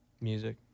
Music